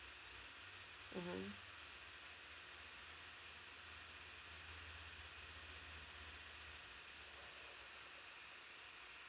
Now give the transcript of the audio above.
mmhmm